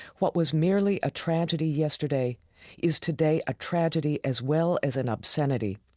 what was merely a tragedy yesterday is today a tragedy as well as an obscenity,